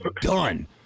done